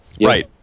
right